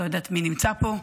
לא יודעת מי נמצא פה,